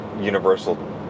universal